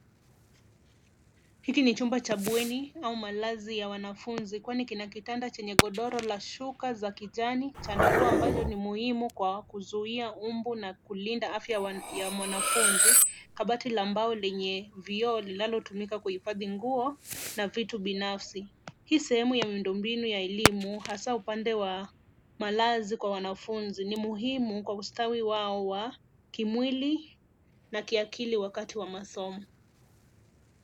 Hiki ni chumba cha bweni au malazi ya wanafunzi kwani kina kitanda chenye godoro na shuka za kijani. Chandarua ambacho ni muhimu kwa kuzuia mbu na kulinda afya ya mwanafunzi. Kabati la mbao lenye vioo linalotumika kuhifadhi nguo na vitu binafsi. Hii sehemu ya miundombinu hasa upande wa malazi kwa wanafunzi ni muhimu kwa ustawi wao wa kimwili na kiakili kwa wakati wa masomo.